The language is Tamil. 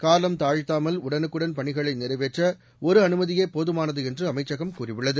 காலம் தாழ்த்தாமல் உடனுக்குடன் பணிகளை நிறைவேற்ற ஒரு அனுமதியே போதுமானது என்று அமைச்சகம் கூறியுள்ளது